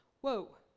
Whoa